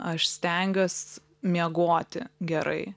aš stengiuos miegoti gerai